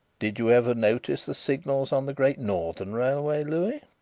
did you ever notice the signals on the great northern railway, louis?